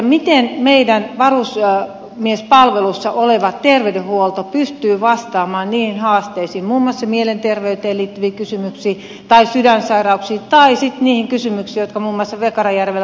miten meidän varusmiespalvelussa oleva terveydenhuolto pystyy vastaamaan niihin haasteisiin muun muassa mielenterveyteen liittyviin kysymyksiin tai sydänsairauksiin tai sitten niihin kysymyksiin jotka muun muassa vekaranjärvellä ovat tulleet esiin